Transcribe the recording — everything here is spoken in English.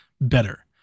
better